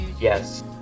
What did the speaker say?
Yes